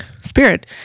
spirit